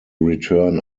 return